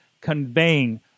conveying